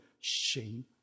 shame